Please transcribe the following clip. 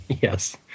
yes